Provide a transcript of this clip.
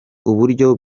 uburyo